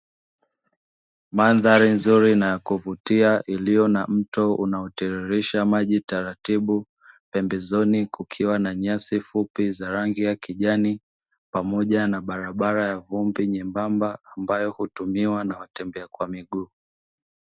Mandhari nzuri na ya kuvutia uliyo na mto unaotiririsha maji taratibu, pembezoni kukiwa na nyasi fupi za rangi ya kijani pamoja na barabara ya vumbi nyembamba, ambayo hutumiwa na watembea kwa miguu.